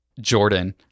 Jordan